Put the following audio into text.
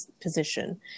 position